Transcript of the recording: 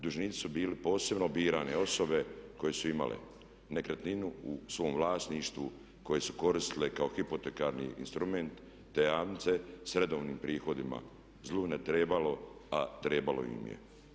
Dužnici su bili posebno birane osobe koje su imale nekretninu u svom vlasništvu koje su koristile kao hipotekarni instrument, jamce s redovnim prihodima zlu ne trebalo a trebalo im je.